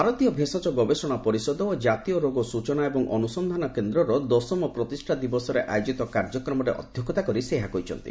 ଭାରତୀୟ ଭେଷଜ ଗବେଷଣା ପରିଷଦ ଓ ଜାତୀୟ ରୋଗ ସ୍ତଚନା ଏବଂ ଅନୁସନ୍ଧାନ କେନ୍ଦ୍ରର ଦଶମ ପ୍ରତିଷ୍ଠା ଦିବସରେ ଆୟୋଜିତ କାର୍ଯ୍ୟକ୍ରମରେ ଅଧ୍ୟକ୍ଷତା କରି ସେ ଏହା କହିଛନ୍ତି